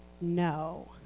No